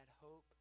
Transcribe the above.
hope